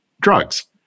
drugs